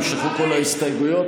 נמשכו כל ההסתייגויות.